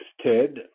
Ted